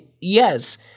Yes